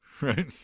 Right